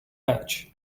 bench